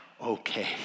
okay